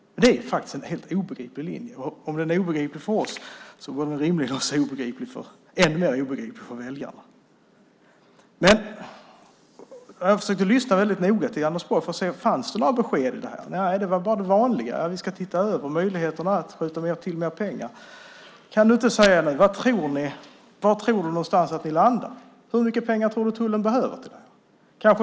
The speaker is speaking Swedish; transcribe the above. Det är faktiskt en helt obegriplig linje. Om den är obegriplig för oss borde den rimligen vara ännu mer obegriplig för väljarna. Jag har försökt att noga lyssna på Anders Borg för att se om det finns några besked. Nej, det är bara det vanliga om att man ska se över möjligheterna att skjuta till mer pengar. Kan inte Anders Borg säga vad han tror att man landar på? Hur mycket pengar tror du att tullen behöver?